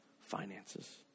finances